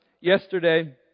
Yesterday